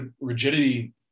rigidity